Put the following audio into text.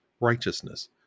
righteousness